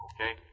Okay